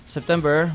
September